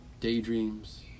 daydreams